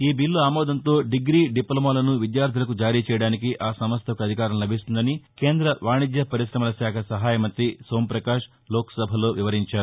ఈ బీల్లు ఆమోదంతో డిగ్రి డిప్లొమాలను విద్యార్లులకు జారీ చేయడానికి ఆ సంస్థకు అధికారం లభిస్తుందని కేంద వాణిజ్య పరిశమల శాఖ సహాయమంతి సోమ్పకాష్ లోక్సభలో వివరించారు